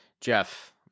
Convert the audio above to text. Jeff